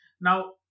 Now